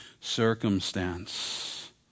circumstance